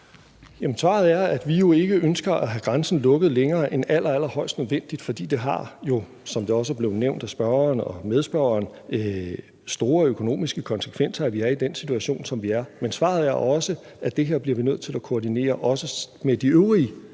svaret er, at vi ikke ønsker at have grænsen lukket længere end allerallerhøjst nødvendigt, fordi det jo, som det også er blevet nævnt af spørgeren og medspørgeren, har store økonomiske konsekvenser, at vi er i den situation, som vi er i. Men svaret er også, at det her bliver vi nødt til også at koordinere med de øvrige